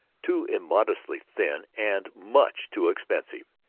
too immodestly thin, and much too expensive.